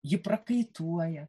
ji prakaituoja